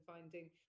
finding